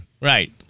Right